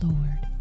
Lord